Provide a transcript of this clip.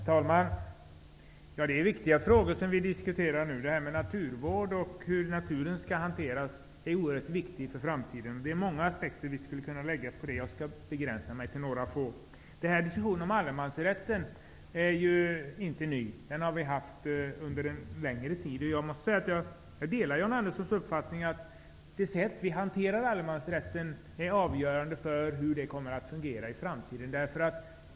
Herr talman! Det är viktiga frågor som vi nu diskuterar. Frågor om naturvård och hur naturen skall hanteras är oerhört viktiga för framtiden. Jag skulle kunna lägga många aspekter på detta, men jag skall begränsa mig till några få. Diskussionen om allemansrätten är inte ny, utan den har pågått under en längre tid. Jag delar John Anderssons uppfattning att det sätt som vi hanterar allemansrätten på är avgörande för hur den kommer att fungera i framtiden.